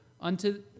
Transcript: unto